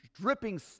dripping